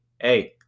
hey